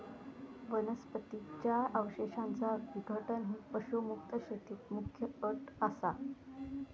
वनस्पतीं च्या अवशेषांचा विघटन ही पशुमुक्त शेतीत मुख्य अट असा